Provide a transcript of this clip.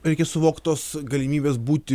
reikia suvokt tos galimybės būti